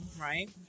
right